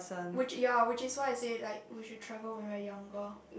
which ya which is why I say like we should travel when we are younger